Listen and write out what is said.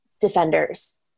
defenders